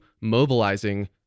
mobilizing